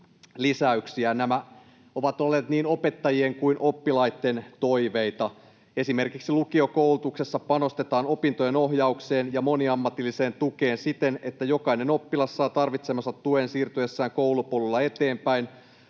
Nämä ovat olleet niin opettajien kuin oppilaitten toiveita. Esimerkiksi lukiokoulutuksessa panostetaan opintojen ohjaukseen ja moniammatilliseen tukeen siten, että jokainen oppilas saa tarvitsemansa tuen siirtyessään koulupolulla eteenpäin.